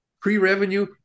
pre-revenue